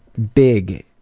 big,